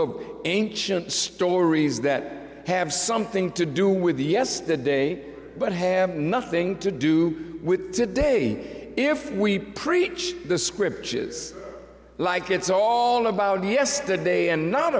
of ancient stories that have something to do with the us that day but have nothing to do with today if we preach the script like it's all about yesterday and not